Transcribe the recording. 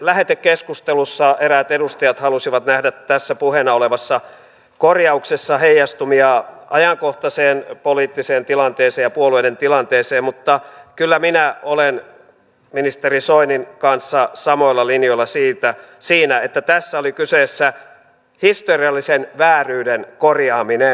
lähetekeskustelussa eräät edustajat halusivat nähdä tässä puheena olevassa korjauksessa heijastumia ajankohtaiseen poliittiseen tilanteeseen ja puolueiden tilanteeseen mutta kyllä minä olen ministeri soinin kanssa samoilla linjoilla siinä että tässä oli kyseessä historiallisen vääryyden korjaaminen